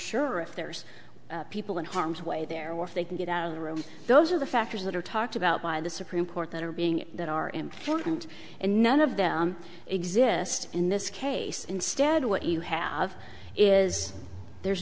if there's people in harm's way there were if they can get out of the room those are the factors that are talked about by the supreme court that are being that are important and none of them exist in this case instead what you have is there's